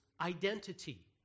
identity